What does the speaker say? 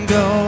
go